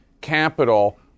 capital